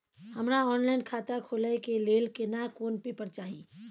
हमरा ऑनलाइन खाता खोले के लेल केना कोन पेपर चाही?